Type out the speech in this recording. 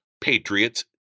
Patriots